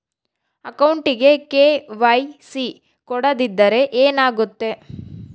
ಅಕೌಂಟಗೆ ಕೆ.ವೈ.ಸಿ ಕೊಡದಿದ್ದರೆ ಏನಾಗುತ್ತೆ?